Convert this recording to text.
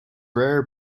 rare